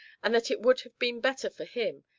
and that it would have been better for him,